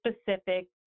specific